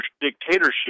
dictatorship